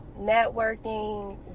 networking